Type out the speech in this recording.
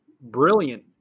brilliant